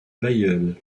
bailleul